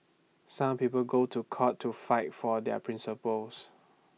some people go to court to fight for their principles